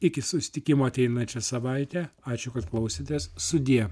iki susitikimo ateinančią savaitę ačiū kad klausėtės sudie